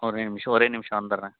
ஒரே நிமிஷம் ஒரே நிமிஷம் வந்துடுறேன்